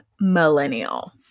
millennial